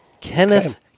Kenneth